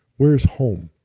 where's home?